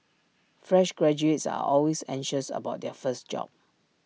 fresh graduates are always anxious about their first job